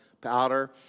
powder